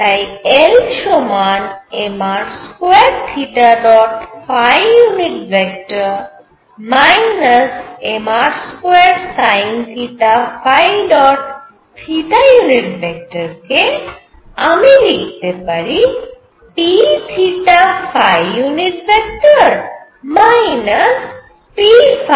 তাই L সমান mr2 mr2sinθ কে আমি লিখতে পারি p psinθ